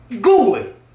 good